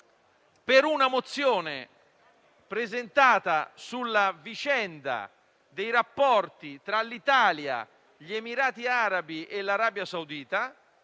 per una mozione presentata sulla vicenda dei rapporti tra l'Italia, gli Emirati Arabi e l'Arabia Saudita,